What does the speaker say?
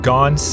Gone